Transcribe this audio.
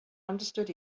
understood